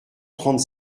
trente